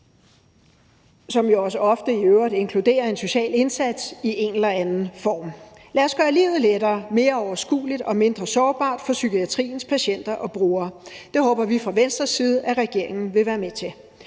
øvrigt også ofte inkluderer en social indsats i en eller anden form. Lad os gøre livet lettere, mere overskueligt og mindre sårbart for psykiatriens patienter og brugere. Det håber vi fra Venstres side at regeringen vil være med til.